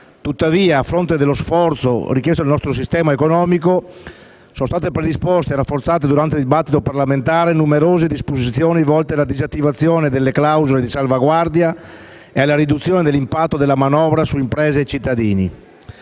Tuttavia, a fronte dello sforzo richiesto al nostro sistema economico, sono state predisposte e rafforzate, durante il dibattito parlamentare, numerose disposizioni volte alla disattivazione delle clausole di salvaguardia e alla riduzione dell'impatto della manovra su imprese e cittadini.